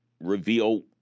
reveal